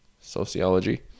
sociology